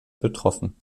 betroffen